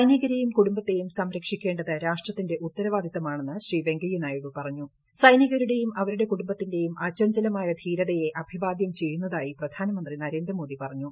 സൈനികരെയും കുടുംബത്തെയും സംശക്ഷിക്കേണ്ടത് രാഷ്ട്രത്തിന്റെ ഉത്തരവാദിത്തമാണെന്ന് സൈനികരുടെയും അവരുടെ ക്ടുംബ്ത്തിന്റെയും അചഞ്ചലമായ ധീരതയെ അഭിവാദ്യം ചെയ്യുന്നിതായി പ്രധാനമന്ത്രി നരേന്ദ്രമോദി പറഞ്ഞു